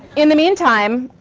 in the meantime,